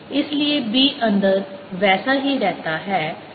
इसलिए b अंदर वैसा ही रहता है यह chi m से प्रभावित नहीं होता है